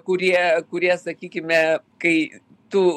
kurie kurie sakykime kai tu